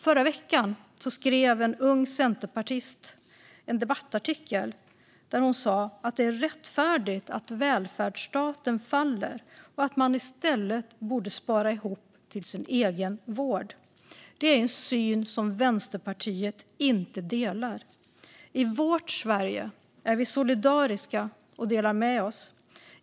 Förra veckan skrev en ung centerpartist en debattartikel om att det är rättfärdigt att välfärdsstaten faller och att man i stället borde spara ihop till sin egen vård. Det är en syn som Vänsterpartiet inte delar. I vårt Sverige är vi solidariska och delar med oss.